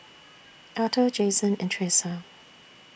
Alto Jasen and Thresa